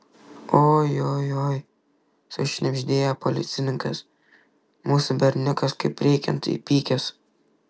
ojojoi sušnibždėjo policininkas mūsų berniukas kaip reikiant įpykęs